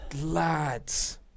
lads